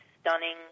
stunning